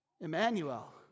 Emmanuel